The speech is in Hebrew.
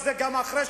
קורה?